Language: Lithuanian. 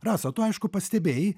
rasa tu aišku pastebėjai